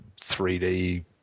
3D